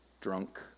drunk